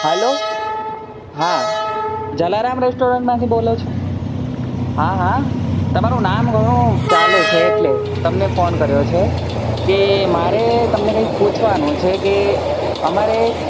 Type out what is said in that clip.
hello હા જલારામ રેસ્ટોરન્ટમાંથી બોલો છો હા હા તમારું નામ ઘણું ચાલે છે એટલે તમને ફોન કર્યો છે કે મારે તમને કંઈક પૂછવાનું છે કે અમારે